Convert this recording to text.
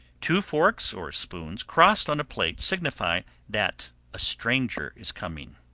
two forks or spoons crossed on a plate signify that a stranger is coming.